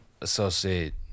associate